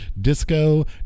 disco